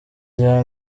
rya